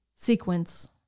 sequence